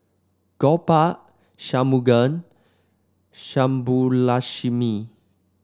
Gopal Shunmugam Subbulakshmi